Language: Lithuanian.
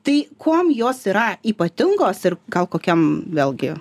tai kuom jos yra ypatingos ir gal kokiam vėlgi